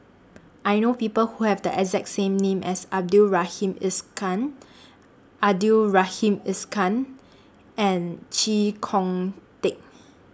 I know People Who Have The exact same name as Abdul Rahim Abdul Rahim and Chee Kong Tet